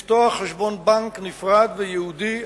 לפתוח חשבון בנק נפרד וייעודי,